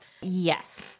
Yes